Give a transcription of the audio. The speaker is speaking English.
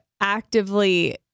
actively